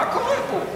מה קורה פה?